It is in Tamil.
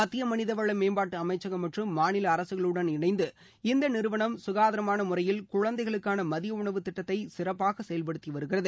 மத்திய மனித வள மேம்பாட்டு அமைச்சகம் மற்றும் மாநில அரசுகளுடன் இணைந்து இந்த நிறுவனம் ககாதாரமான முறையில் குழந்தைகளுக்கான மதிய உணவு திட்டத்தை சிறப்பாக செயல்படுத்தி வருகிறது